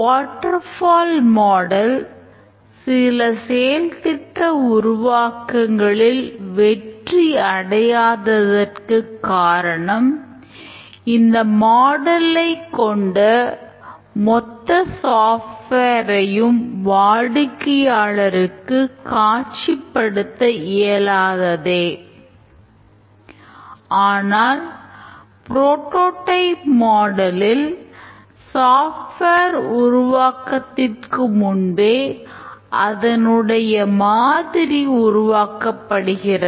water fall model தொடங்குகிறது